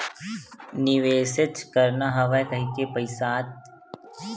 निवेसेच करना हवय कहिके, पइसाच कमाना हवय कहिके कोनो भी जघा मनखे मन ल नइ झपा जाना चाही